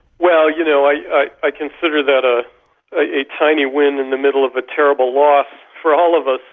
well, you know i i consider that ah a tiny win in the middle of a terrible loss for all of us,